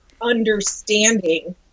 understanding